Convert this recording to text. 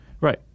Right